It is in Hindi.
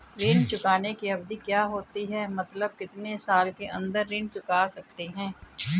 ऋण चुकाने की अवधि क्या होती है मतलब कितने साल के अंदर ऋण चुका सकते हैं?